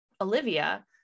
Olivia